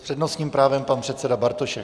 S přednostním právem pan předseda Bartošek.